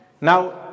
Now